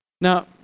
Now